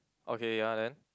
okay ya then